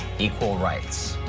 equal rights.